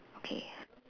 okay